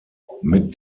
mit